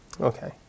Okay